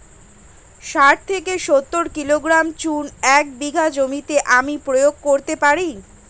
শাঠ থেকে সত্তর কিলোগ্রাম চুন এক বিঘা জমিতে আমি প্রয়োগ করতে পারি?